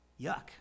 Yuck